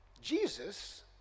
Jesus